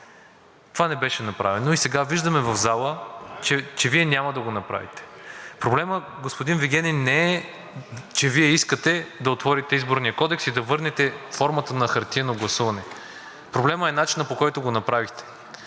Това не беше направено и сега виждаме в залата, че Вие няма да го направите. Проблемът, господин Вигенин, не е, че Вие искате да отворите Изборния кодекс и да върнете формата на хартиено гласуване. Проблемът е начинът, по който го направихте.